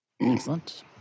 Excellent